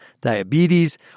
diabetes